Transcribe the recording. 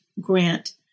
grant